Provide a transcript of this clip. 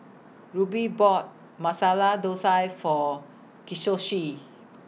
Rube bought Masala Dosa For